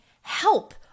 help